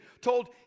told